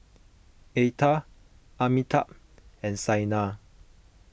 Atal Amitabh and Saina